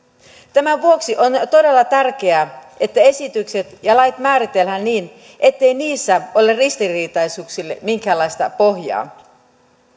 tämän vuoksi on todella tärkeää että esitykset ja lait määritellään niin ettei niissä ole ristiriitaisuuksille minkäänlaista pohjaa